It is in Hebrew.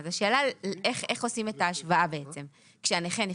אז השאלה איך עושים את ההשוואה כשהנכה נפטר.